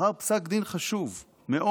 לאחר פסק דין חשוב מאוד